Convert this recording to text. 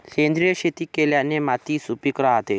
सेंद्रिय शेती केल्याने माती सुपीक राहते